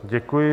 Děkuji.